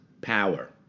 power